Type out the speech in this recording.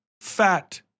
fat